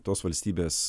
tos valstybės